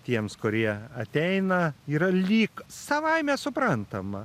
tiems kurie ateina yra lyg savaime suprantama